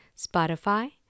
Spotify